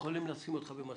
יכולים לשים אותך במסלול.